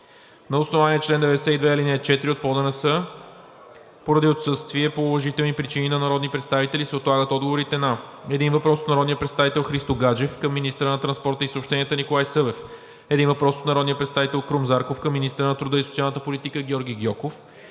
Народното събрание поради отсъствие по уважителни причини на народни представители се отлагат отговорите на: - един въпрос от народния представител Христо Гаджев към министъра на транспорта и съобщенията Николай Събев; - един въпрос от народния представител Крум Зарков към министъра на труда и социалната политика Георги Гьоков.